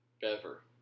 Bever